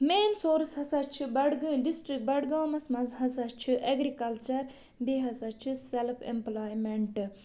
main source ہَسا چھِ بَڈگٲمۍ ڈِسٹِرٛک بَڈگامَس منٛز ہسا چھُ اٮ۪گرِکَلچر بیٚیہِ ہَسا چھِ سٮ۪لٕف اٮ۪مپٕلایمٮ۪نٛٹ